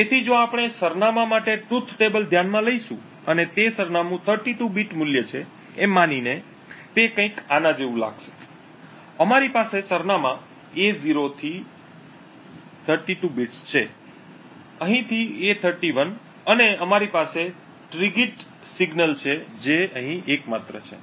તેથી જો આપણે સરનામાં માટે સત્ય કોષ્ટક ધ્યાનમાં લઈશું અને તે સરનામું 32 બીટ મૂલ્ય છે એમ માનીને તે કંઈક આના જેવું લાગશે અમારી પાસે સરનામાં A0 થી 32 બિટ્સ છે અહીંથી A31 અને અમારી પાસે ટ્રિગ્રીડ સિગ્નલ છે જે અહીં એકમાત્ર છે